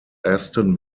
aston